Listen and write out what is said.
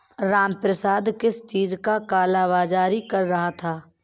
रामप्रसाद किस चीज का काला बाज़ारी कर रहा था